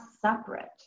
separate